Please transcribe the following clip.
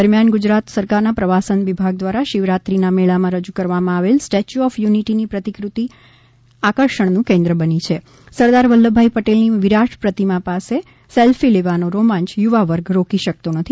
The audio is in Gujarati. દરમિયાન ગુજરાત સરકારના પ્રવાસન વિભાગ દ્વારા શિવરાત્રીના મેળામાં રજૂ કરવામાં આવેલ સ્ટેચ્યુ ઓફ યુનિટી ની પ્રતિફતિ આકર્ષણનું કેન્દ્ર બની છે સરદાર વલ્લભભાઈ પટેલની વિરાટ પ્રતિમા પાસે સેલ્ફી લેવા નો રોમાંચ યુવા વર્ગ રોકી શકતો નથી